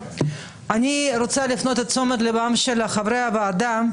אני לא אומר דווקא על הממשלה הזו,